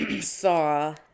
saw